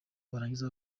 barangiza